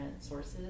sources